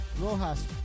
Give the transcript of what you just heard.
Rojas